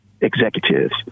executives